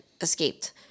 escaped